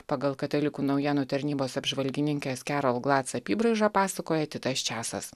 pagal katalikų naujienų tarnybos apžvalgininkės kerol glac apybraiža pasakoja titas sčesas